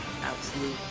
absolute